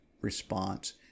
response